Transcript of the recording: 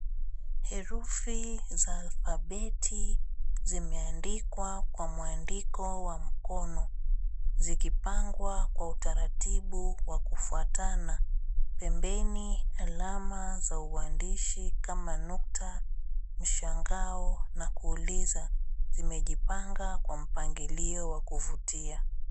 Herufi za alfabeti zimeandikwa kwa mwandiko wa mkono zikipangwa kwa utaratibu wa kufuatana. Pembeni alama za uandishi kama nukta, mshangao na kuuliza zimejipanga kwa mpangilio wa kuvutia.